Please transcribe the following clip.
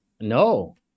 No